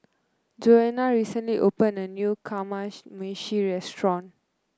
Joana recently opened a new Kamameshi Restaurant